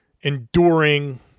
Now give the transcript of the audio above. enduring